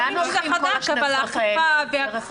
אולי זה לא חדש אבל אני מדברת על האכיפה והכפילות.